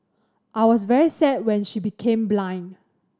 I was very sad when she became blind